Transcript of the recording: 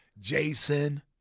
Jason